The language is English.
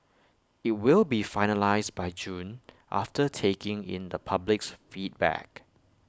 IT will be finalised by June after taking in the public's feedback